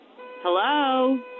Hello